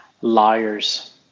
Liars